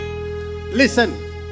Listen